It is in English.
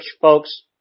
folks